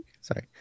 Sorry